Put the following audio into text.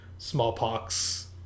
smallpox